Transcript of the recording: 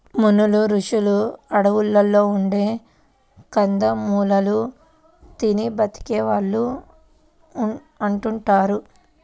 మునులు, రుషులు అడువుల్లో ఉండే కందమూలాలు తిని బతికే వాళ్ళు అంటుంటారు